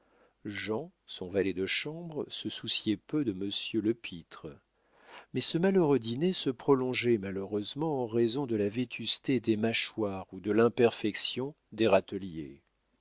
jean son valet de chambre se souciait peu de monsieur lepître mais ce malheureux dîner se prolongeait malheureusement en raison de la vétusté des mâchoires ou de l'imperfection des râteliers